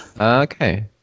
okay